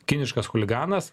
kiniškas chuliganas